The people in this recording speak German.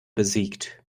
besiegt